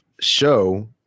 show